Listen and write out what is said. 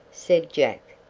said jack,